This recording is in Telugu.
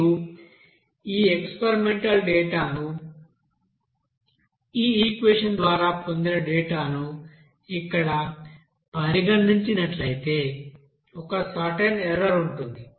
మీరు ఈ ఎక్స్పెరిమెంటల్ డేటా ను ఈ ఈక్వెషన్ ద్వారా పొందిన డేటాను ఇక్కడ పరిగణించినట్లయితే ఒక సర్టెన్ ఎర్రర్ ఉంటుంది